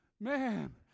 man